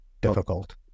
difficult